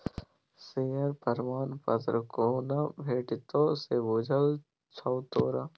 Share प्रमाण पत्र कोना भेटितौ से बुझल छौ तोरा?